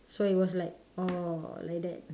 so it was like orh like that